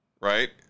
right